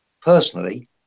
personally